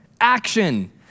action